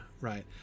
right